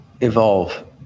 evolve